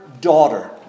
daughter